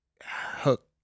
hook